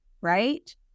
right